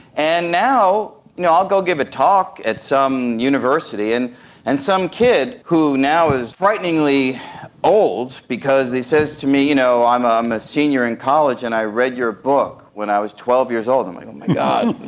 and now now i'll go give a talk at some university and and some kid who now is frighteningly old because he says to me, you know, i'm a senior in college and i read your book when i was twelve years old, like oh my god!